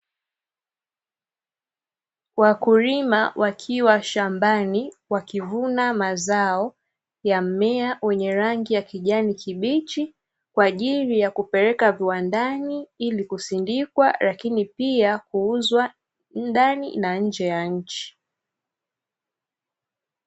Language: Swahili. Wakulima wakiwa shambani wakivuna mazao ya mmea wenye rangi ya kijani kibichi, kwa ajili ya kupeleka viwandani ili kusindikwa lakini pia kuuzwa ndani na nje ya nchi.